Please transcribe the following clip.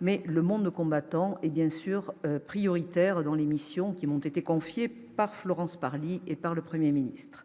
Mais le monde combattant est bien sûr prioritaire dans les missions qui m'ont été confiées par Florence Parly et par le Premier ministre.